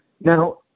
Now